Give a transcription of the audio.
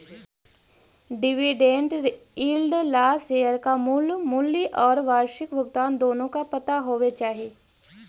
dividend yield ला share का मूल मूल्य और वार्षिक भुगतान दोनों का पता होवे चाही